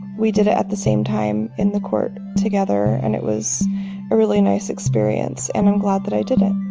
we did it at the same time in the court together and it was a really nice experience. and i'm glad that i did it